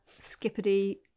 skippity